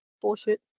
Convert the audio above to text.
bullshit